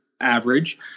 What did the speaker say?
average